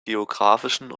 geografischen